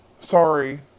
Sorry